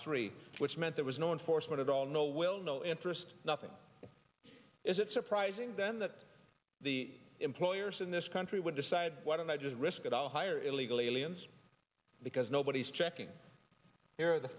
three which meant there was no enforcement at all no will no interest nothing is it surprising then that the employers in this country would decide why don't i just risk it all hire illegal aliens because nobody's checking here the